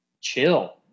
chill